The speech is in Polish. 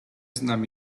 znam